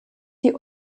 die